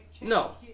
no